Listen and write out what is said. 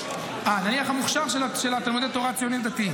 כי הם לא מקבלים רק 75%. נניח המוכש"ר של התלמודי תורה של ציונות דתית.